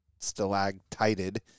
stalactited